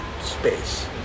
space